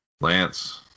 Lance